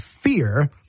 fear